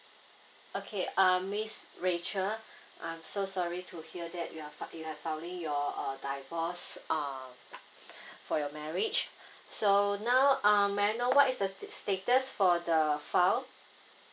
okay uh miss rachel I'm so sorry to hear that you're pa~ you have filing your uh divorce uh for your marriage so now so um may I know what is the state status for the file